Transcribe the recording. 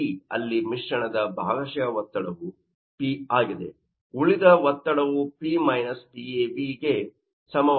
ಅಲ್ಲಿ ಮಿಶ್ರಣದ ಭಾಗಶಃ ಒತ್ತಡವು P ಆಗಿದೆ ಉಳಿದ ಒತ್ತಡವು P-PAv ಗೆ ಸಮವಾಗಿದೆ